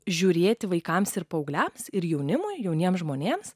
žiūrėti vaikams ir paaugliams ir jaunimui jauniems žmonėms